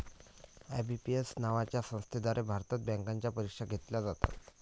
IBPS नावाच्या संस्थेद्वारे भारतात बँकांच्या परीक्षा घेतल्या जातात